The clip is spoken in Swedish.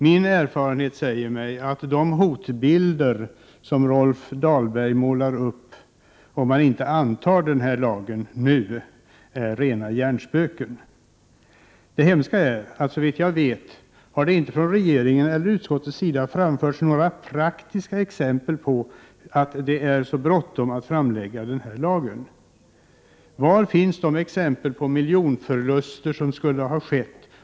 Min erfarenhet säger mig att de hotbilder som Rolf Dahlberg målar upp och som skulle gälla om man inte antar lagen nu är rena hjärnspöken. Det hemska är att, såvitt jag vet, varken regeringen eller utskottet har framfört något som visar att det i praktiken är så bråttom med den här lagen. Var finns de exempel på miljonförluster som skulle ha skett 35 Prot.